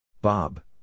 Bob